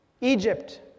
Egypt